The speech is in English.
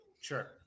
Sure